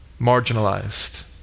marginalized